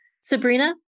Sabrina